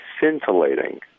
scintillating